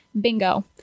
bingo